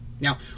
Now